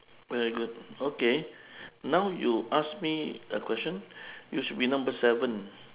very good okay now you ask me a question you should be number seven